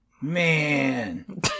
Man